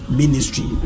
ministry